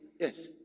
Yes